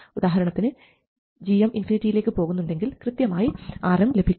ഉദാഹരണത്തിന് gm ഇൻഫിനിറ്റിയിലേക്ക് പോകുന്നുണ്ടെങ്കിൽ കൃത്യമായി Rm ലഭിക്കും